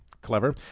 Clever